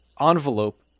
envelope